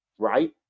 right